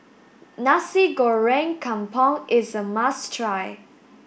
Nasi Goreng Kampung is a must try